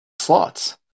slots